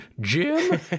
jim